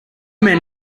men